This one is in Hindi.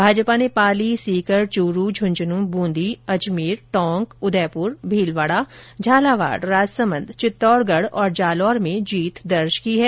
भाजपा ने पाली सीकर चूरू झुंझुन्न ब्रंदी अजमेर टोंक उदयपुर भीलवाड़ा झालावाड़ राजसमंद चित्तौड़गढ़ और जालौर में जीत दर्ज की है